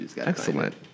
Excellent